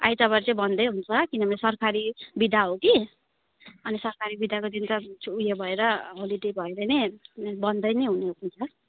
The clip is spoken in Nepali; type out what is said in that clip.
आइतवार चाहिँ बन्द हुन्छ किनभने सरकारी बिदा हो कि अनि सरकारी बिदाको दिन त उयो भएर होलिडे भएर नै बन्द नै हुने हुन्छ